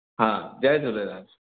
हा जय झूलेलाल